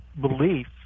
belief